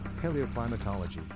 paleoclimatology